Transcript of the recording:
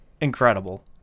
incredible